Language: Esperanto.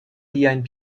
liajn